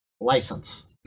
license